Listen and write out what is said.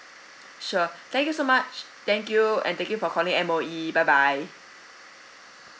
sure thank you so much thank you and thank you for calling M_O_E bye bye